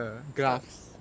stocks